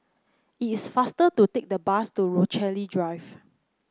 it's faster to take the bus to Rochalie Drive